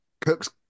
Cooks